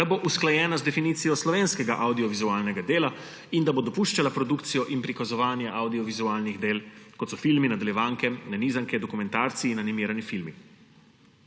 da bo usklajena z definicijo slovenskega avdiovizualnega dela in da bo dopuščala produkcijo in prikazovanje avdiovizualnih del, kot so filmi, nadaljevanke, nanizanke, dokumentarci in animirani filmi.